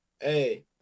Hey